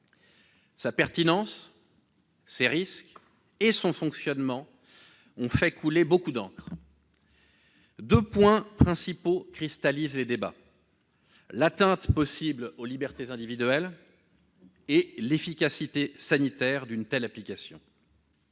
sa pertinence, aux risques qu'elle emporte et à son fonctionnement on fait couler beaucoup d'encre. Deux points principaux cristallisent les débats : l'atteinte possible aux libertés individuelles, et l'efficacité sanitaire d'une telle application.